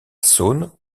saône